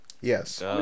Yes